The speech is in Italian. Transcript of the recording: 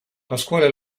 pasquale